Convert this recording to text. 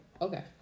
Okay